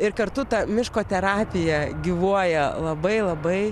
ir kartu ta miško terapija gyvuoja labai labai